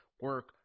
Work